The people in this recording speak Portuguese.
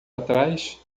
atrás